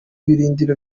birindiro